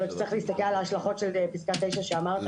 יכול להיות שצריך להסתכל על ההשלכות של פסקה 9 שאמרת.